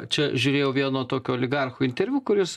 čia žiūrėjau vieno tokio oligarcho interviu kuris